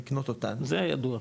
לקנות אותה --- זה ידוע.